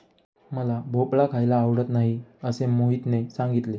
मला भोपळा खायला आवडत नाही असे मोहितने सांगितले